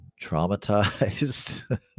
traumatized